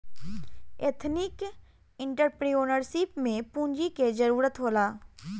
ethnic entrepreneurship में पूंजी के जरूरत होला